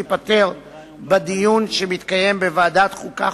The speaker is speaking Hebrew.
תיפתר בדיון שמתקיים בוועדת החוקה,